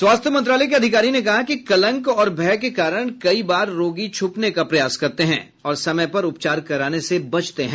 स्वास्थ्य मंत्रालय के अधिकारी ने कहा कि कलंक और भय के कारण कई बार रोगी छुपने का प्रयास करते हैं और समय पर उपचार कराने से बचते हैं